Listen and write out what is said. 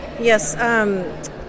Yes